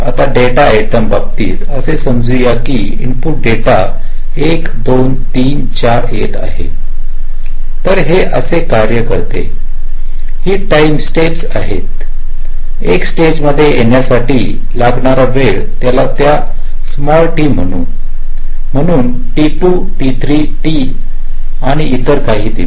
आता डेटा आयटमच्या बाबतीत असे समजू या की इनपुट डेटा एक दोन तीन चार येत आहे तर हे असे कार्य करते ही टाईम स्टेप्स आहेत एका स्टेज मध्ये येण्यासाठी लागणारा वेळ चला त्यास स्मॉल t म्हणू म्हणून t2 t3 t आणि इतर असचं देऊ